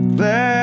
let